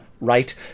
right